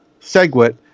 SegWit